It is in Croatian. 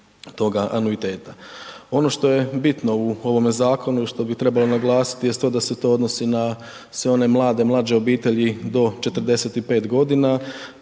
toga anuiteta. Ono što je bitno u ovome zakonu i što bi trebalo naglasiti jest to da se to odnosi na sve one mlade, mlađe obitelji do 45.g.,